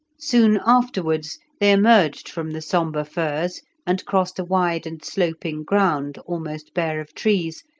soon afterwards they emerged from the sombre firs and crossed a wide and sloping ground, almost bare of trees,